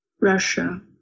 Russia